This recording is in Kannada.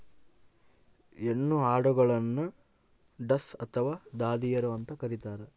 ಹೆಣ್ಣು ಆಡುಗಳನ್ನು ಡಸ್ ಅಥವಾ ದಾದಿಯರು ಅಂತ ಕರೀತಾರ